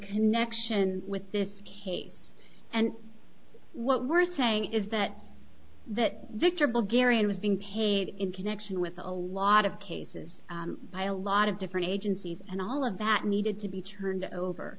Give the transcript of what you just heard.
connection with this case and what we're saying is that that victor bulgaria was being paid in connection with a lot of cases by a lot of different agencies and all of that needed to be turned over